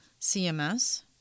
CMS